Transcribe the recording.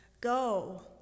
go